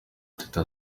teta